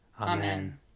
Amen